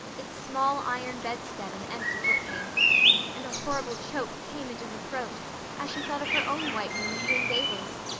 its small iron bedstead and empty book-case and a horrible choke came into her throat as she thought of her own white room at green gables,